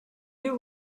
you